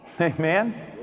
Amen